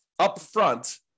upfront